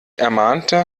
ermahnte